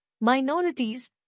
Minorities